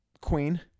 queen